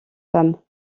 femme